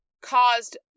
caused